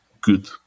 good